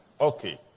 Okay